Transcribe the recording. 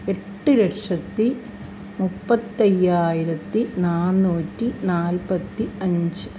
എട്ട് ലക്ഷത്തി മുപ്പത്തയ്യായിരത്തി നാന്നൂറ്റി നാൽപത്തി അഞ്ച്